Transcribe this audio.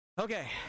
Okay